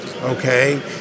Okay